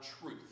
truth